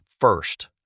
first